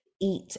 eat